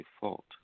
default